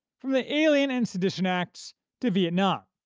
from the alien and sedition acts to vietnam.